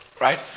Right